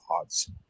odds